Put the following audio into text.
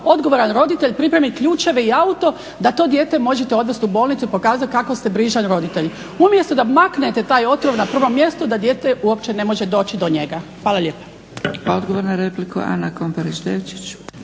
odgovoran roditelj pripremiti ključeve i auto da to dijete možete odvesti u bolnicu pokazati kako ste brižan roditelj. Umjesto da maknete taj otrov na prvom mjestu da dijete uopće ne može doći do njega. Hvala lijepa.